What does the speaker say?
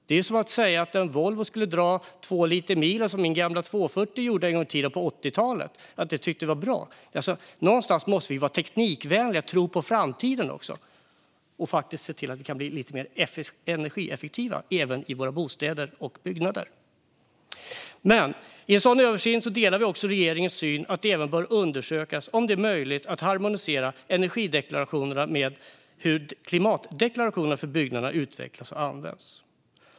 Det är att säga att en Volvo ska dra två liter milen som min gamla 240 gjorde en gång i tiden på 80-talet och tycka att det är bra. Någonstans måste vi vara teknikvänliga och tro på framtiden och se till att vi kan bli lite mer energieffektiva även i våra bostäder och byggnader. I en sådan översyn delar vi regeringens syn att det även bör undersökas om det är möjligt att harmonisera energideklarationerna med hur klimatdeklarationerna för byggnader utvecklas och används.